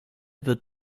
wird